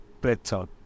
better